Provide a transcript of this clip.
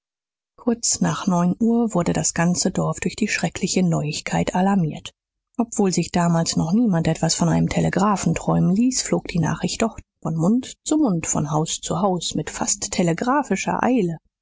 kurz nach neun uhr wurde das ganze dorf durch die schreckliche neuigkeit alarmiert obwohl sich damals noch niemand etwas von einem telegraphen träumen ließ flog die nachricht doch von mund zu mund von haus zu haus mit fast telegraphischer eile